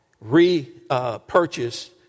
repurchase